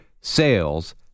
sales